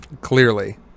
Clearly